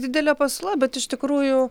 didelė pasiūla bet iš tikrųjų